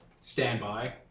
Standby